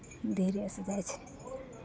धीरेसँ जाइ छै